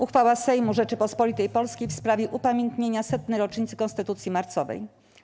Uchwała Sejmu Rzeczypospolitej Polskiej w sprawie upamiętnienia 100. rocznicy konstytucji marcowej.